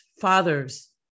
fathers